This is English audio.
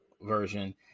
version